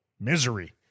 Misery